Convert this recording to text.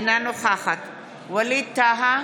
אינה נוכחת ווליד טאהא,